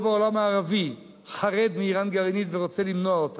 רוב העולם הערבי חרד מאירן גרעינית ורוצה למנוע את